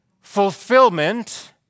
fulfillment